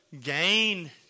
gain